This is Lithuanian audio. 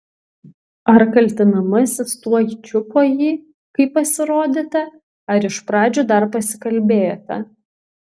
ar kaltinamasis tuoj čiupo jį kai pasirodėte ar iš pradžių dar pasikalbėjote